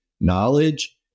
knowledge